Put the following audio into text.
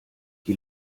die